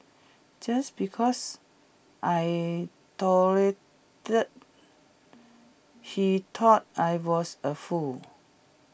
just because I he thought I was A fool